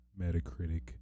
Metacritic